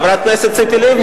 חברת הכנסת ציפי לבני,